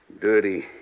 Dirty